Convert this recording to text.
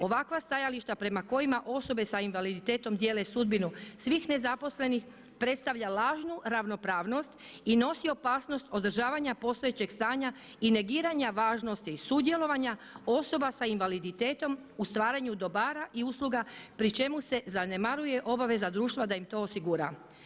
Ovakva stajališta prema kojima osobe s invaliditetom dijele sudbinu svih nezaposlenih predstavlja lažnu ravnopravnost i nosi opasnost održavanja postojećeg stanja i negiranja važnosti sudjelovanja osoba s invaliditetom u stvaranju dobara i usluga pri čemu se zanemaruje obaveza društva da im to osigura.